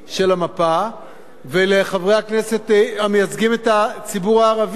המפה ולחברי הכנסת המייצגים את הציבור הערבי: